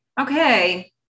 Okay